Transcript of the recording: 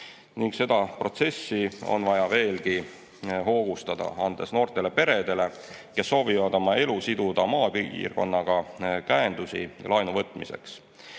Seda protsessi on vaja veelgi hoogustada, andes noortele peredele, kes soovivad oma elu siduda maapiirkonnaga, käendust laenu võtmiseks.